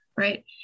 Right